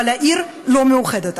אבל העיר לא מאוחדת.